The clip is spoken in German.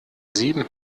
sieben